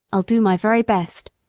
i'll do my very best,